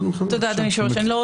רבה.